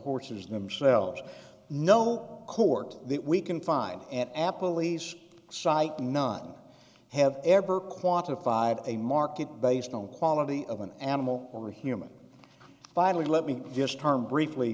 horses themselves no court that we can find at apple lease site none have ever quantified a market based on quality of an animal or human finally let me just turn briefly